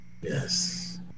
Yes